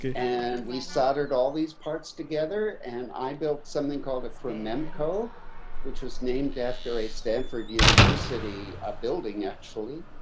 and we soldered all these parts together and i built something called a chrome emco which was named after a stanford university ah building actually